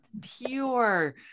pure